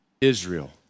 Israel